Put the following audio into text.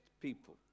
people